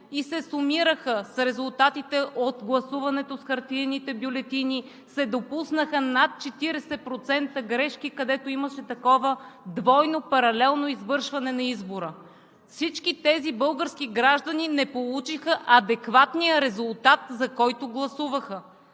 и се сумираха с резултатите от гласуването с хартиените бюлетини, се допуснаха над 40% грешки, където имаше такова двойно, паралелно извършване на избора. Всички тези български граждани не получиха адекватния резултат, за който гласуваха.